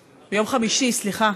סליחה,